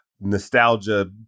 nostalgia